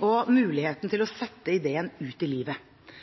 og muligheten til å sette ideen ut i livet.